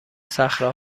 صخره